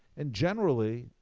and generally,